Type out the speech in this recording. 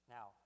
Now